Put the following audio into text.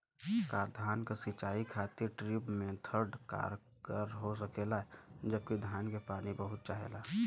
का धान क सिंचाई खातिर ड्रिप मेथड कारगर हो सकेला जबकि धान के पानी बहुत चाहेला?